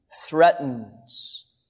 threatens